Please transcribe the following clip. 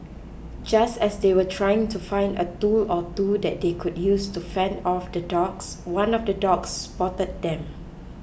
just as they were trying to find a tool or two that they could use to fend off the dogs one of the dogs spotted them